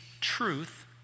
truth